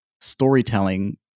storytelling